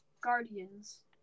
Guardian's